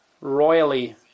royally